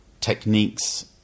techniques